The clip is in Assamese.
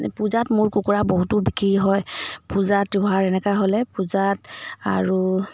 পূজাত মোৰ কুকুৰা বহুতো বিক্ৰী হয় পূজা ত্যোহাৰ এনেকুৱা হ'লে পূজাত আৰু